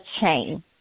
chain